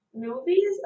Movies